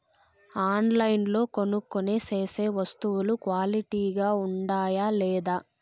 ఆన్లైన్లో కొనుక్కొనే సేసే వస్తువులు క్వాలిటీ గా ఉండాయా లేదా?